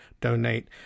donate